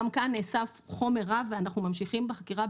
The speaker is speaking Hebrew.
גם כאן נאסף חומר רב ואנחנו ממשיכים בחקירה,